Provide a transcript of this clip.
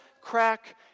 crack